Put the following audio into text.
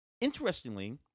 Interestingly